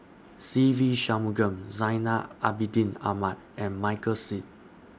Se Ve Shanmugam Zainal Abidin Ahmad and Michael Seet